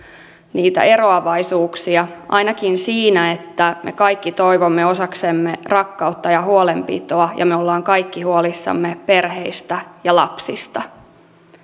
niitä eroavaisuuksia ainakin siinä että me kaikki toivomme osaksemme rakkautta ja huolenpitoa ja me olemme kaikki huolissamme perheistä ja lapsista